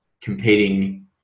competing